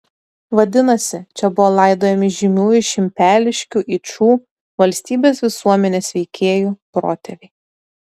vadinasi čia buvo laidojami žymiųjų šimpeliškių yčų valstybės visuomenės veikėjų protėviai